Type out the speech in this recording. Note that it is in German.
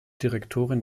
direktorin